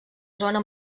zona